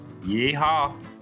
Yeehaw